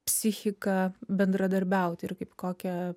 psichika bendradarbiauti ir kaip kokią